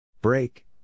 Break